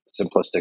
simplistic